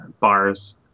bars